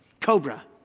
Cobra